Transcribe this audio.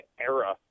era